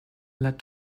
led